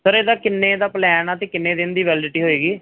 sir ਇਹਦਾ ਕਿੰਨੇ ਦਾ ਪਲੈਨ ਆ ਅਤੇ ਕਿੰਨੇ ਦਿਨ ਦੀ ਵੈਲਿਡਿਟੀ ਹੋਏਗੀ